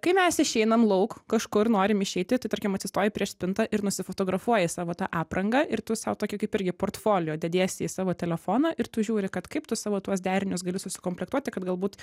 kai mes išeinam lauk kažkur norim išeiti tai tarkim atsistoji prieš spintą ir nusifotografuoji savo tą aprangą ir tu sau tokį kaip irgi portfolio dėdiesi į savo telefoną ir tu žiūri kad kaip tu savo tuos derinius gali susikomplektuoti kad galbūt